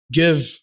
give